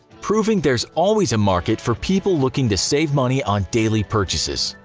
proving there's always a market for people looking to save money on daily purchases.